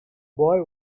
boy